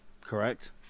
correct